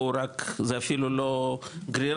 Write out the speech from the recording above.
פה רק זה אפילו לא גרירה,